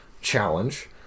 challenge